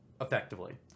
effectively